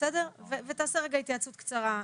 ותעשה רגע התייעצות קצרה.